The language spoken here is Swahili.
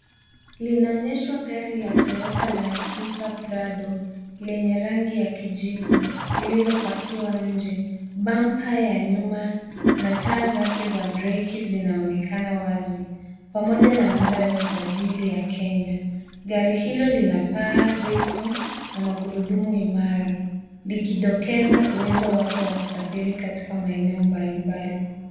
Hii ni gari aina ya Toyota Land Cruiser Prado yenye rangi ya kijivu, iliyopakiwa nje. Bampa ya nyuma na taa zake za breki zinaonekana wazi pamoja na namba ya usajili ya Kenya. Gari hili lina paa refu na magurudumu imara, kikiashiria uwezo wake mkubwa wa kusafiri katika maeneo magumu.